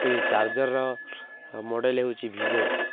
ସେଇ ଚାର୍ଜର୍ର ମଡ଼େଲ୍ ହେଉଛି ଭିଭୋ